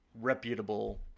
reputable